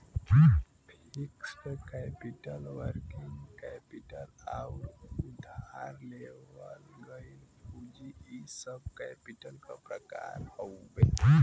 fixed capital working capital आउर उधार लेवल गइल पूंजी इ सब कैपिटल क प्रकार हउवे